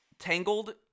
Tangled